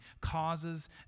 causes